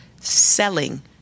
selling